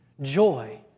joy